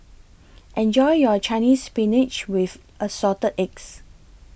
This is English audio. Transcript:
Enjoy your Chinese Spinach with Assorted Eggs